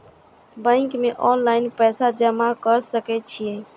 Bank में online पैसा जमा कर सके छीये?